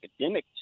academic